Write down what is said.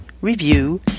review